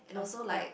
I've ya